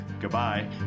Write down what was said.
Goodbye